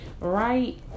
right